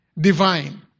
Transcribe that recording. divine